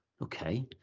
Okay